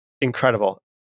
incredible